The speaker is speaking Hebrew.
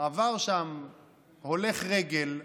עבר שם הולך רגל,